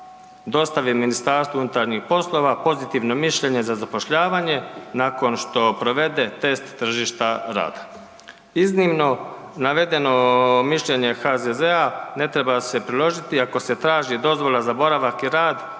dostavi MUP-u pozitivno mišljenje za zapošljavanje nakon što provede test tržišta rada. Iznimno navedeno mišljenje HZZ-a ne treba se priložiti ako se traži dozvola za boravak i rad